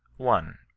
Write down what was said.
one.